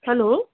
hello